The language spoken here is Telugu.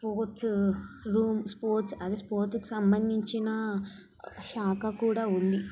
స్పోర్ట్స్ రూమ్ స్పోర్ట్స్ అదే స్పోర్ట్స్కి సంబంధించిన శాఖ కూడా ఉంది